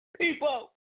People